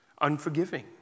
unforgiving